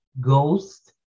Ghost